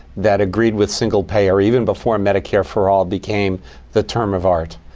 that agreed with single payer even before medicare for all became the term of art.